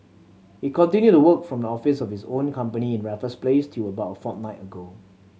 he continued to work from the office of his own company in Raffles Place till about a fortnight ago